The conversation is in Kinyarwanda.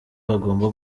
bagomba